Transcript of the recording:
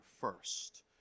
first